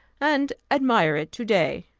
and admire it to-day.